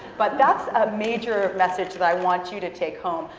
but that's a major message that i want you to take home,